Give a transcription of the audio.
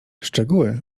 szczegóły